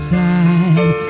time